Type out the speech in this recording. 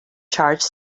charge